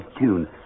tune